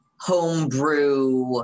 homebrew